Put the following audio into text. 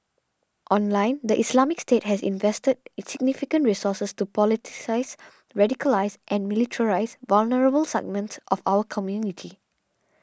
online the Islamic State has invested significant resources to politicise radicalise and militarise vulnerable segments of our community